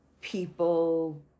people